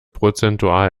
prozentual